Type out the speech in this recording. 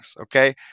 Okay